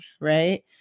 right